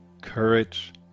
courage